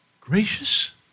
gracious